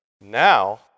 Now